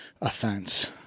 offense